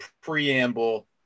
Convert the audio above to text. preamble